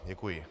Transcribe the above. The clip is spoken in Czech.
Děkuji.